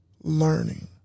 learning